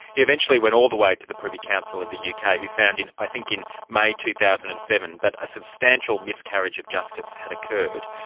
he eventually went all the way to the privy council in the yeah uk, ah who found in, i think in may two thousand and seven, that a substantial miscarriage of justice had occurred.